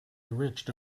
enriched